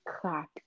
clack